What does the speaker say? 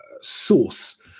source